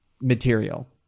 material